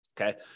Okay